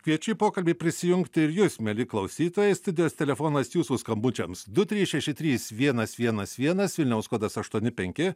kviečiu į pokalbį prisijungti ir jus mieli klausytojai studijos telefonas jūsų skambučiams du trys šeši trys vienas vienas vienas vilniaus kodas aštuoni penki